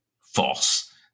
false